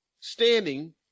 standing